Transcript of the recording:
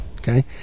okay